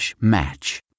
match